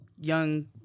young